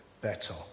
better